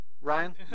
Ryan